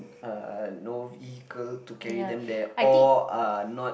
uh no vehicle to carry them there or are not